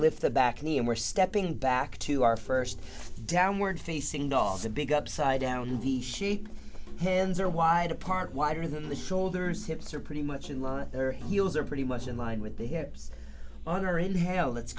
lift the back knee and we're stepping back to our first downward facing dog the big upside down the sheep hands are wide apart wider than the shoulders hips are pretty much in line their heels are pretty much in line with the hips honorine hel